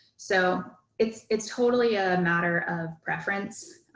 so it's it's totally a matter of preference.